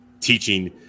teaching